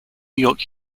york